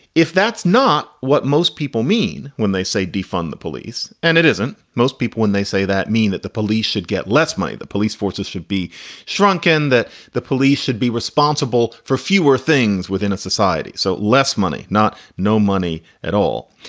if that's not what most people mean when they say defund the police and it isn't. most people when they say that mean that the police should get less money, the police forces should be shrunken, that the police should be responsible for fewer things within a society. so less money, not no money at all.